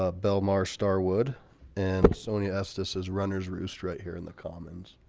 ah belmar starwood and sony asked us as runners roost right here in the commons,